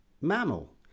mammal